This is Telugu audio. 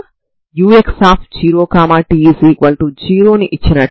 కాబట్టి ఈ విధంగా మీరు మీ స్టర్మ్ లియోవిల్లే సరిహద్దు నియమాలను పొందుతారు